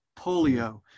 polio